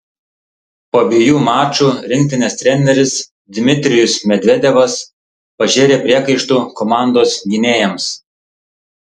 po abiejų mačų rinktinės treneris dmitrijus medvedevas pažėrė priekaištų komandos gynėjams